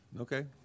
Okay